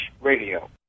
radio